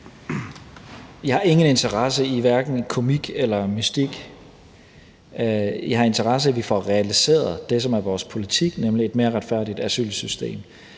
Jeg har ingen interesse i hverken komik eller mystik. Jeg har interesse i, at vi får realiseret det, som er vores politik, nemlig et mere retfærdigt asylsystem.